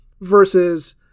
versus